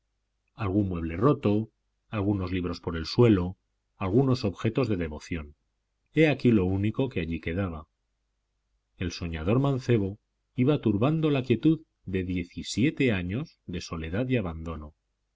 algún mueble roto algunos libros por el suelo algunos objetos de devoción he aquí lo único que allí quedaba el soñador mancebo iba turbando la quietud de diecisiete años de soledad y abandono